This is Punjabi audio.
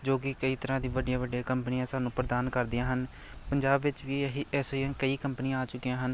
ਜੋ ਕਿ ਕਈ ਤਰ੍ਹਾਂ ਦੀ ਵੱਡੀਆਂ ਵੱਡੀਆਂ ਕੰਪਨੀਆਂ ਸਾਨੂੰ ਪ੍ਰਦਾਨ ਕਰਦੀਆਂ ਹਨ ਪੰਜਾਬ ਵਿੱਚ ਵੀ ਇਹ ਐਸੀਆਂ ਕਈ ਕੰਪਨੀਆਂ ਆ ਚੁੱਕੀਆਂ ਹਨ